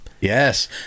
yes